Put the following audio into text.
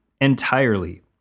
Entirely